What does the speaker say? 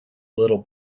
little